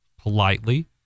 politely